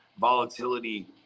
volatility